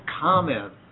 comment